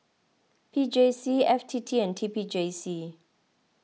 P J C F T T and T P J C